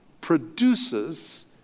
produces